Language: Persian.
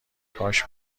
هاش